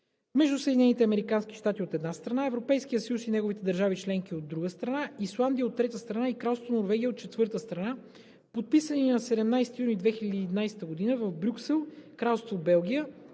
щати, от една страна, Европейския съюз и неговите държави членки, от друга страна, Исландия, от трета страна, и Кралство Норвегия, от четвърта страна, подписани на 17 юни 2011 г. в Брюксел, Кралство Белгия,